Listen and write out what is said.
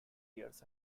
years